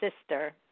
sister